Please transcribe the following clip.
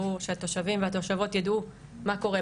שהתושבים והתושבות ידעו מה קורה,